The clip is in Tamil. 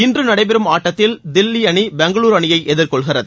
இன்று நடைபெறும் ஆட்டத்தில் தில்லி அணி பெங்களுரு அணியை எதிர்கொள்கிறது